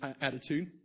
attitude